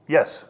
Yes